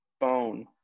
phone